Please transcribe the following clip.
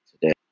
today